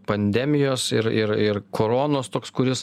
pandemijos ir ir ir kronos toks kuris